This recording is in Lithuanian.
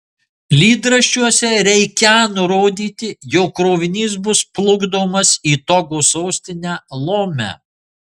lydraščiuose reikią nurodyti jog krovinys bus plukdomas į togo sostinę lomę